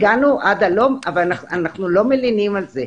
הגענו עד הלום אבל אנחנו לא מלינים על זה.